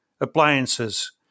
appliances